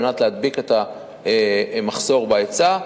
על מנת להדביק את המחסור בהיצע.